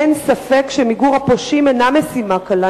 אין ספק שמיגור הפשעים אינו משימה קלה.